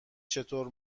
چطور